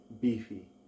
beefy